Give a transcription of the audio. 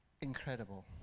incredible